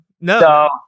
No